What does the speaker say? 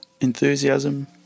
enthusiasm